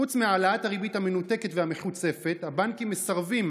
חוץ מהעלאת הריבית המנותקת והמחוצפת הבנקים מסרבים